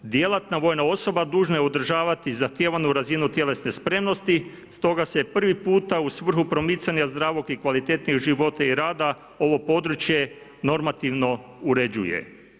Djelatna vojna osoba dužna je održavati zahtjevanu razinu tjelesne spremnosti stoga se prvi puta u svrhu promicanja zdravog i kvalitetnijeg života i rada, ovo područje normativno uređuje.